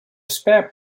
spare